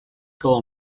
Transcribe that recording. koło